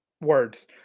Words